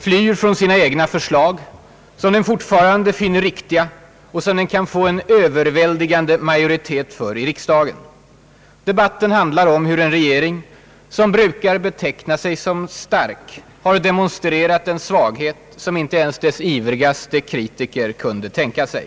flyr från sina egna förslag, som den fortfarande finner riktiga och som den kan få en överväldigande majoritet för i riksdagen. Debatten handlar om hur en regering, som brukar beteckna sig som stark, har demonstrerat en svaghet, som inte ens dess ivrigaste kritiker kunde tänka sig.